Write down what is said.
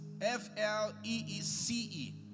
F-L-E-E-C-E